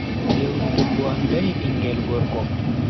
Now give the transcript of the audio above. Lewru debbo am danyi bingel gorko.